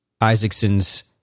Isaacson's